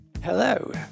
Hello